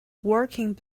working